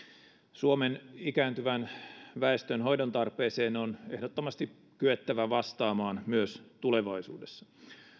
suomen ikääntyvän väestön hoidontarpeeseen on ehdottomasti kyettävä vastaamaan myös tulevaisuudessa